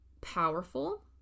powerful